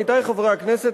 עמיתי חברי הכנסת,